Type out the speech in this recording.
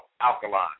alkaline